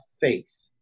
faith